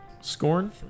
Scorn